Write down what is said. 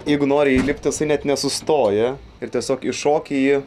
jeigu nori įlipt jisai net nesustoja ir tiesiog įšoki į